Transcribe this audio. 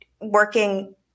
working